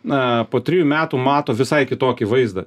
na po trijų metų mato visai kitokį vaizdą